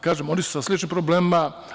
Kažem, oni su sa sličnim problemima.